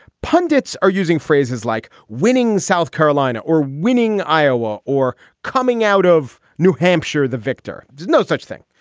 pundits are using phrases like winning south carolina or winning iowa or coming out of new hampshire the victor. no such thing.